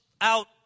out